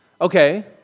Okay